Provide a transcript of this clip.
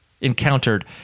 encountered